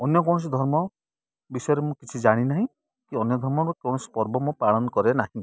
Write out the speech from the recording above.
ଅନ୍ୟ କୌଣସି ଧର୍ମ ବିଷୟରେ ମୁଁ କିଛି ଜାଣିନାହିଁ କି ଅନ୍ୟ ଧର୍ମର କୌଣସି ପର୍ବ ମୁଁ ପାଳନ କରେ ନାହିଁ